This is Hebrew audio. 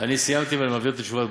אני סיימתי, ואני מעביר את התשובה.